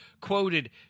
quoted